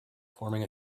forming